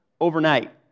Overnight